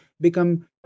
Become